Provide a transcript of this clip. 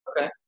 Okay